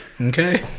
Okay